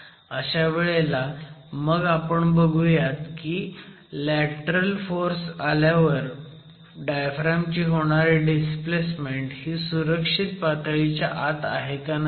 अशा वेळेला मग आपण बघुयात की लॅटरल फोर्स आल्यावर डायफ्रॅम ची होणारी डिस्प्लेसमेन्ट ही सुरक्षित पातळीच्या आत आहे का नाही